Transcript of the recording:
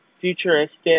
futuristic